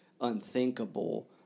unthinkable